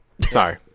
Sorry